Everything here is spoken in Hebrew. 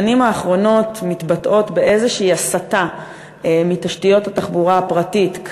השנים האחרונות מתבטאות באיזושהי הסטה מתשתיות התחבורה הפרטית,